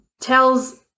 tells